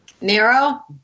Nero